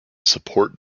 support